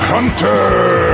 Hunter